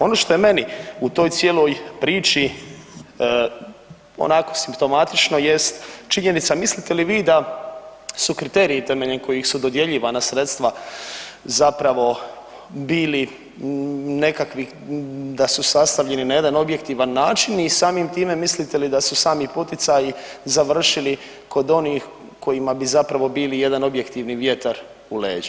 Ono što je meni u toj cijeloj priči onako simptomatično jest činjenica, mislite li vi da su kriteriji temeljem kojih su dodjeljivana sredstva zapravo bili nekakvi da su stavljani na jedan objektivan način i samim tim mislite li da su sami poticaji završili kod onih kojima bi zapravo bili jedan objektivni vjetar u leđa?